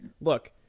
look